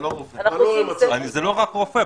זה לא רק רופא.